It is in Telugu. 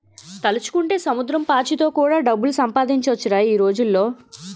తలుచుకుంటే సముద్రం పాచితో కూడా డబ్బులు సంపాదించొచ్చురా ఈ రోజుల్లో